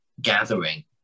gathering